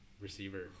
Receiver